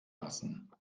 lassen